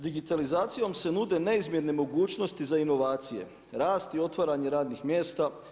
Digitalizacijom se nude neizmjerne mogućnosti za inovacije, rast i otvaranje radnih mjesta.